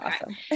awesome